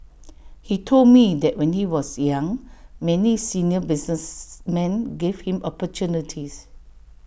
he told me that when he was young many senior businessmen gave him opportunities